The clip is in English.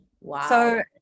Wow